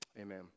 amen